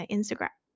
Instagram